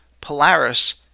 Polaris